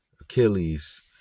Achilles